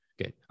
Good